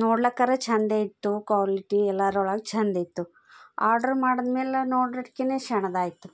ನೋಡೋಕ್ಕರೇ ಚೆಂದೇ ಇತ್ತು ಕ್ವಾಲಿಟಿ ಎಲ್ಲರೊಳಗೆ ಚೆಂದಿತ್ತು ಆರ್ಡ್ರ್ ಮಾಡಿದ್ಮೇಲೆ ನೋಡಷ್ಟ್ಕೆನೇ ಸಣ್ದಾಯ್ತು